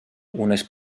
unes